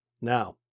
Now